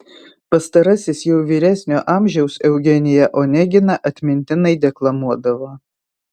pastarasis jau vyresnio amžiaus eugeniją oneginą atmintinai deklamuodavo